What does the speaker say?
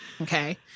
okay